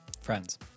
friends